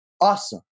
awesome